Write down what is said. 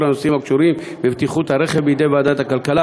הנושאים הקשורים בבטיחות הרכב בידי ועדת הכלכלה.